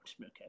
okay